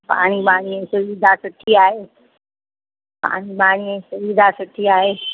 पाणी ॿाणी जी सुविधा सुठी आहे पाणी ॿाणी जी सुविधा सुठी आहे